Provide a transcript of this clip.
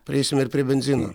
prieisim ir prie benzino